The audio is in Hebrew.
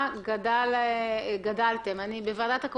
תודה רבה.